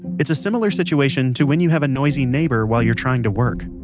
it's a similar situation to when you have a noisy neighbor while you're trying to work.